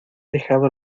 dejado